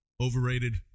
overrated